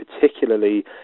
particularly